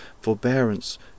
forbearance